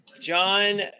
John